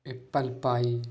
apple pie